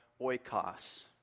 oikos